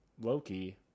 Loki